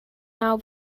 naw